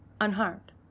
unharmed